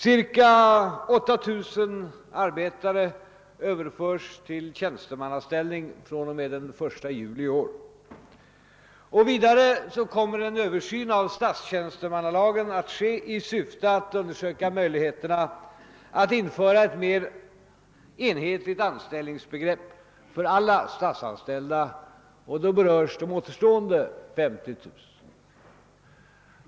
Cirka 8000 arbetare överförs till tjänstemannaställning den 1 juli i år, och vidare kommer man att göra en översyn av statstjänstemannalagen i syfte att undersöka möjligheterna att införa ett mer enhetligt anställningsbegrepp för alla statsanställda, och då berörs de återstående 5 000.